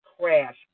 crash